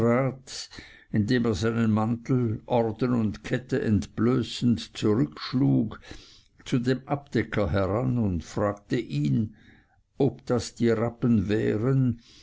indem er seinen mantel orden und kette entblößend zurückschlug zu dem abdecker heran und fragte ihn ob das die rappen wären